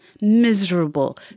miserable